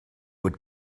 would